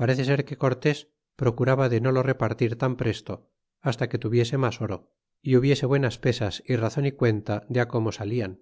parece ser cortés procuraba de no lo repartir tan presto hasta que tuviese mas oro é hubiese buenas pesas y razon y cuenta de á como sanan